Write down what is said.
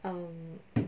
um